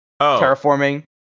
terraforming